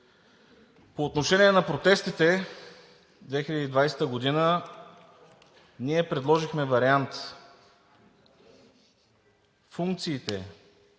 По отношение на протестите – 2020 г., ние предложихме вариант – функциите,